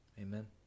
Amen